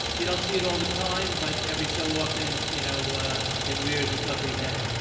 you don't see it all the time. but every so often you know it rears it's ugly head.